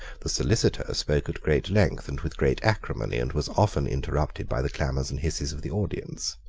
the solicitor spoke at great length and with great acrimony, and was often interrupted by the clamours and hisses of the audience.